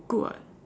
good [what]